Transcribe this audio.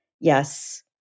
Yes